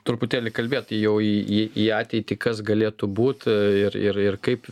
truputėlį kalbėti jau į į ateitį kas galėtų būt ir ir ir kaip